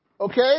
Okay